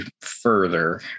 further